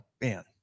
man